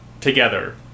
together